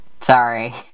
Sorry